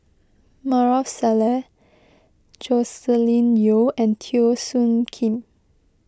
Maarof Salleh Joscelin Yeo and Teo Soon Kim